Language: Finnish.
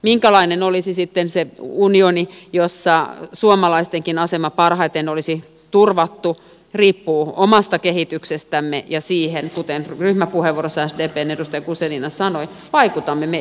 minkälainen olisi sitten se unioni jossa suomalaistenkin asema parhaiten olisi turvattu se riippuu omasta kehityksestämme ja siihen kuten ryhmäpuheenvuorossa sdpn edustaja guzenina sanoi vaikutamme me eurooppalaiset itse